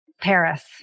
Paris